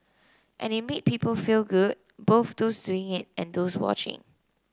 and it made people feel good both those doing it and those watching